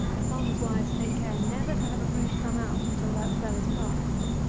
the farmers' wives take care never to have a brood come out until that spell is passed.